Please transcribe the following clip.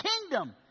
kingdom